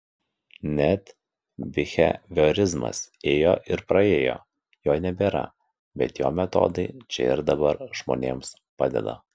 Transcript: net biheviorizmas ėjo ir praėjo jo nebėra bet jo metodai čia ir dabar žmonėms padeda